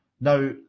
Now